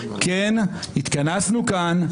כן, התכנסנו כאן.